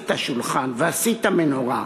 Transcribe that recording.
"ועשית שולחן", "ועשית מנורת"